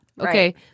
Okay